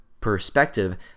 perspective